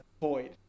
void